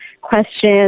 question